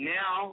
now